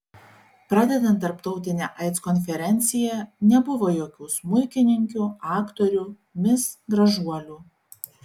pradedant tarptautine aids konferencija nebuvo jokių smuikininkių aktorių mis gražuolių